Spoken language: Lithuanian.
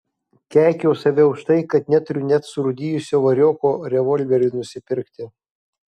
keikiau save už tai kad neturiu net surūdijusio varioko revolveriui nusipirkti